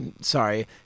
Sorry